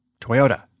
Toyota